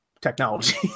technology